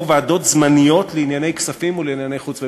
ועדות זמניות לענייני כספים ולענייני חוץ וביטחון.